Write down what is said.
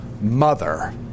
mother